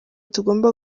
tugomba